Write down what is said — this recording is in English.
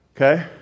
Okay